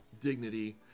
dignity